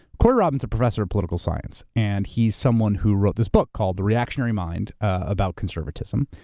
corey robin's a professor of political science, and he's someone who wrote this book called the reactionary mind, about conservatism.